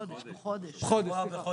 בחודש, סליחה.